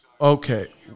Okay